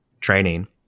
training